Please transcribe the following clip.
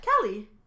Kelly